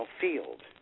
field